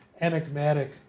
enigmatic